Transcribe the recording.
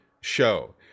show